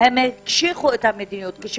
בוקר טוב.